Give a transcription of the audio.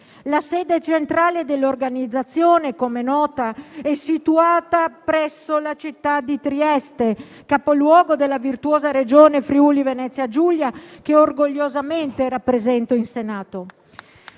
La sede centrale dell'organizzazione - come è noto - è situata presso la città di Trieste, capoluogo della virtuosa Regione Friuli-Venezia Giulia, che orgogliosamente rappresento in Senato.